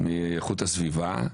מאיכות הסביבה.